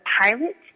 pilot